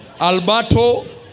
Alberto